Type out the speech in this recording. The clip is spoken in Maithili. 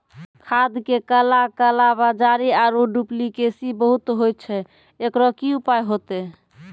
खाद मे काला कालाबाजारी आरु डुप्लीकेसी बहुत होय छैय, एकरो की उपाय होते?